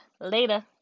later